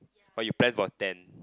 or you plan for ten